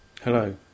Hello